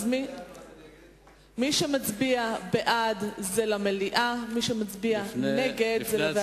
מי שמצביע בעד, למליאה, מי שמצביע נגד, לוועדה.